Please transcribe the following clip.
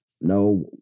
no